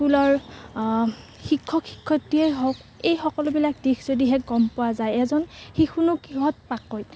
স্কুলৰ শিক্ষক শিক্ষয়িত্ৰীয়ে হওক এই সকলোবিলাক দিশ যদিহে গম পোৱা যায় এজন শিশুনো কিহত পাকৈত